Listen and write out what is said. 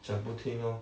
讲不听 lor